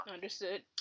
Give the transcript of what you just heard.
Understood